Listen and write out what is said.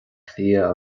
cliath